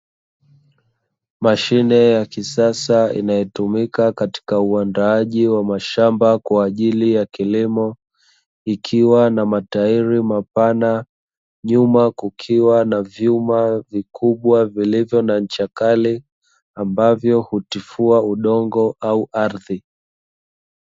Mashine ya kisasa inayotumika katika uandaaji wa mashamba kwa ajili ya kilimo, ikiwa na matahiri mapana. Nyuma kukiwa na vyuma vikubwa vilivyo na ncha kali, ambavyo hutifua udongo au ardhi.